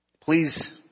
Please